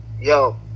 yo